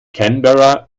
canberra